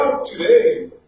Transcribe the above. Today